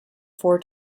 four